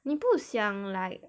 你不想 like